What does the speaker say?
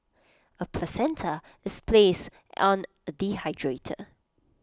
A placenta is placed on A dehydrator